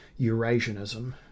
Eurasianism